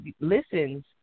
listens